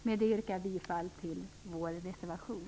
Med detta yrkar jag bifall till vår reservation.